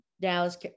Dallas